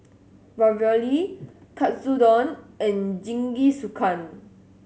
Ravioli Katsudon and Jingisukan